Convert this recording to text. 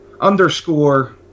underscore